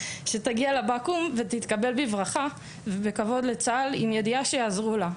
שתגיע לבק"ום שתתקבל בברכה ובכבוד לצבא תוך ידיעה שיעזרו לה,